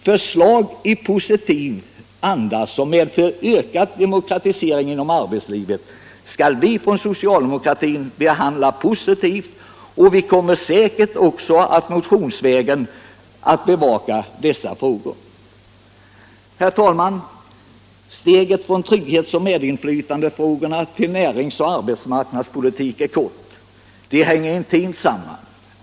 Förslag i positiv anda, som medför ökad demokratisering inom arbetslivet, skall vi socialdemokrater behandla positivt, och vi kommer säkert också att motionsvägen bevaka dessa frågor. Herr talman! Steget från trygghetsoch medinflytandefrågorna till de näringsoch arbetsmarknadspolitiska frågorna är kort. De hänger intimt samman.